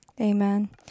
Amen